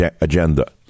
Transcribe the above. agenda